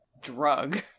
drug